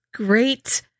Great